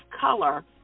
color